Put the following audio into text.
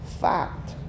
fact